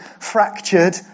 fractured